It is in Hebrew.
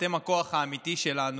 אתם הכוח האמיתי שלנו.